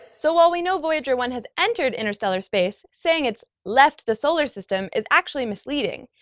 so while we know voyager one has entered interstellar space, saying it's left the solar system is actually misleading.